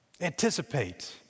Anticipate